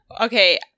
Okay